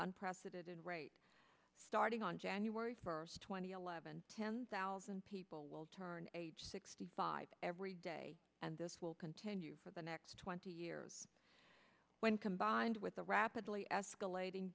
unprecedented rate starting on january first two thousand and eleven ten thousand people will turn age sixty five every day and this will continue for the next twenty years when combined with the rapidly escalating